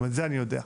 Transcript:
גם את זה אני יודע.